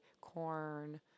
corn